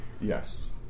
Yes